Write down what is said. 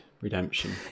Redemption